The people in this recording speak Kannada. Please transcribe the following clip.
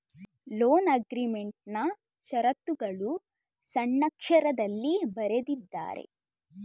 ಲೋನ್ ಅಗ್ರೀಮೆಂಟ್ನಾ ಶರತ್ತುಗಳು ಸಣ್ಣಕ್ಷರದಲ್ಲಿ ಬರೆದಿದ್ದಾರೆ